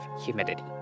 humidity